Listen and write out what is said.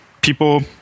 people